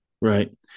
Right